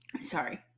Sorry